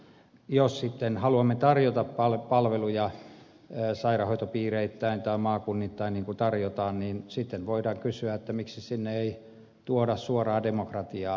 jos sitten haluamme tarjota palveluja sairaanhoitopiireittäin tai maakunnittain niin kuin tarjotaan niin sitten voidaan kysyä miksi sinne ei tuoda suoraa demokratiaa